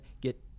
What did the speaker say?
get